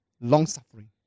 long-suffering